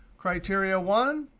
criteria one,